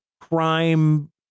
crime